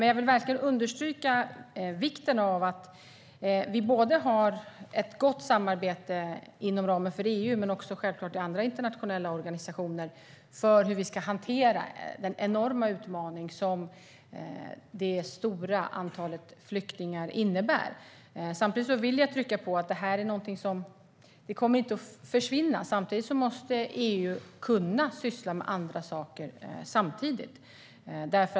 Jag vill verkligen understryka vikten av ett gott samarbete inom ramen för EU men självklart också i andra internationella organisationer när det gäller hur vi ska hantera den enorma utmaningen med det stora antalet flyktingar. Det är någonting som inte kommer att försvinna. Men jag vill också trycka på att EU måste kunna syssla med andra saker samtidigt.